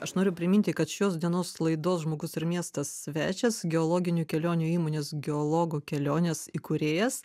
aš noriu priminti kad šios dienos laidos žmogus ir miestas svečias geologinių kelionių įmonės geologo kelionės įkūrėjas